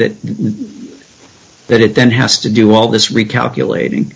that that it then has to do all this recalculat